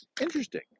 interesting